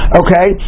okay